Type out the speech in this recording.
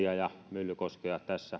myllykoski